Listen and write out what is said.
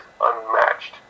unmatched